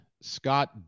Scott